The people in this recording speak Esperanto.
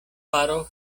faro